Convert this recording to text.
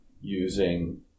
using